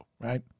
right